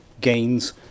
gains